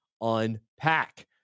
UNPACK